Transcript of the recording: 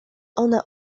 ona